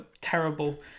terrible